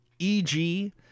EG